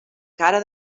cara